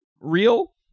real